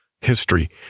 history